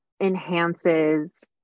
enhances